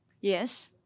Yes